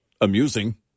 amusing